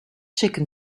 chicken